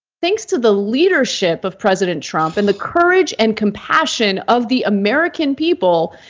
thanks to the leadership of president trump and the courage and compassion of the american people,